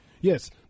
yes